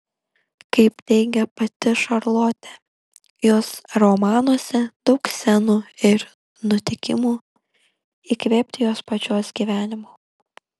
kaip teigė pati šarlotė jos romanuose daug scenų ir nutikimų įkvėpti jos pačios gyvenimo